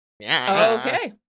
Okay